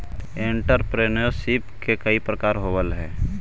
entrepreneurship के कई प्रकार होवऽ हई